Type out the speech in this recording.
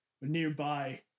nearby